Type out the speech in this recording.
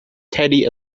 teddy